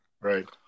Right